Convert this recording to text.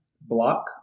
block